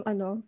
Ano